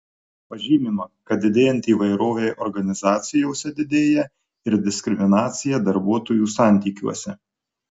pažymima kad didėjant įvairovei organizacijose didėja ir diskriminacija darbuotojų santykiuose